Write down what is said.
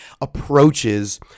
approaches